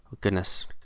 goodness